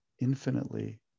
infinitely